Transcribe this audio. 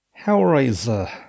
Hellraiser